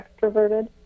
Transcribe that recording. extroverted